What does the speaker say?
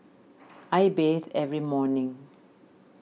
I bathe every morning